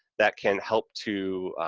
that can help to,